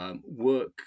work